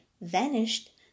vanished